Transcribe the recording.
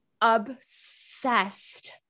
obsessed